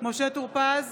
בהצבעה משה טור פז,